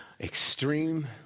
extreme